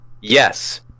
Yes